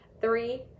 three